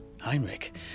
Heinrich